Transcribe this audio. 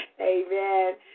amen